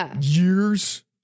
years